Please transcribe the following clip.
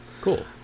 Cool